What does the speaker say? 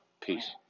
peace